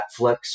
Netflix